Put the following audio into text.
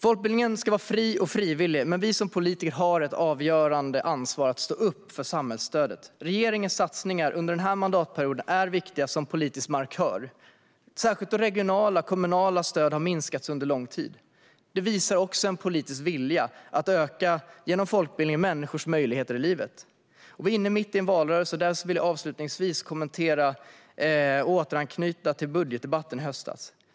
Folkbildningen ska vara fri och frivillig, men vi som politiker har ett avgörande ansvar att stå upp för samhällsstödet. Regeringens satsningar under den här mandatperioden är viktiga som politisk markör, särskilt då regionala och kommunala stöd har minskats under lång tid. Det visar också en politisk vilja att genom folkbildning öka människors möjligheter i livet. Vi är inne mitt i en valrörelse. Därför vill jag avslutningsvis återanknyta till budgetdebatten i höstas.